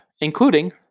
including